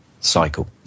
cycle